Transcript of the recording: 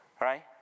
right